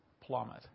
plummet